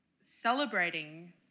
celebrating